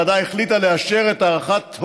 הוועדה הביעה אי-נוחות מהתמשכות המצב שבו מאז